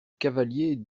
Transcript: cavalier